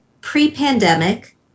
pre-pandemic